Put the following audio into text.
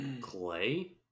Clay